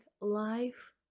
life